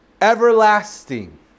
everlasting